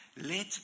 Let